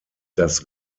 das